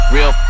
Real